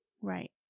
Right